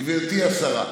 גברתי השרה,